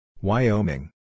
Wyoming